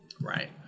Right